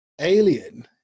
alien